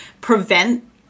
prevent